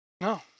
No